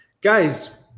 guys